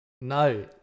No